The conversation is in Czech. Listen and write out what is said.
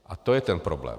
A to je ten problém.